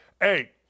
Hey